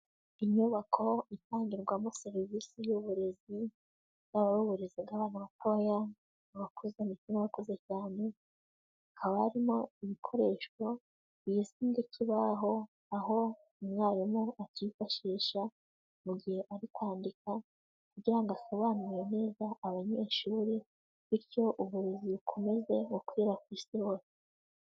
Inyubako itangirwamo serivisi y'uburezi, yaba ari uburezi bw'abana batoya, abakuza ndetse n'abakuze cyane, haba harimo ibikoresho bizwi nk'ikibaho aho umwarimu akifashisha mu gihe ari kwandika kugira ngo asobanurire neza abanyeshuri, bityo uburezi bukomeze gukwira ku isi hose.